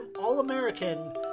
All-American